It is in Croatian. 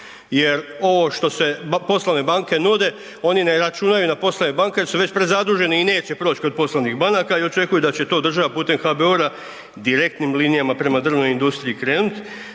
jer ovo što se poslovne banke nude oni ne računaju na poslovne banke jer su već prezaduženi i neće proći kod poslovnih banaka i očekuje da će to država putem HBOR-a direktnim linijama prema drvnoj industriji krenut.